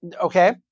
Okay